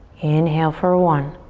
inhale for one,